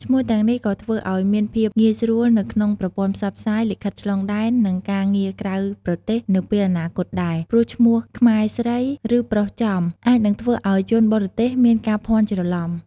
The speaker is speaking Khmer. ឈ្មោះទាំងនេះក៏ធ្វើឱ្យមានភាពងាយស្រួលនៅក្នុងប្រព័ន្ធផ្សព្វផ្សាយ លិខិតឆ្លងដែន និង ការងារក្រៅប្រទេស នៅពេលអនាគតដែរ ព្រោះឈ្មោះខ្មែរស្រី ឬ ប្រុសចំ អាចនឹងធ្វើឱ្យជនបរទេសមានការភាន់ច្រឡំ។